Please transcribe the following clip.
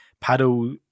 Paddle